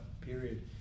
period